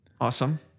Awesome